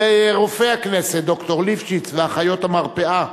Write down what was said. לרופא הכנסת, ד"ר ליפשיץ, ואחיות המרפאה,